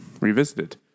revisited